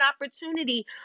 opportunity